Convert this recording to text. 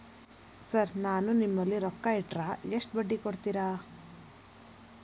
Sir ನಾನು ನಿಮ್ಮಲ್ಲಿ ರೊಕ್ಕ ಇಟ್ಟರ ಎಷ್ಟು ಬಡ್ಡಿ ಕೊಡುತೇರಾ?